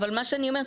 מה שאני אומרת,